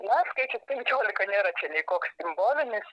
na skaičius penkiolika nėra čia nei koks simbolinis